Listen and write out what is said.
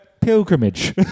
pilgrimage